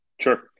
Sure